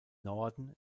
norden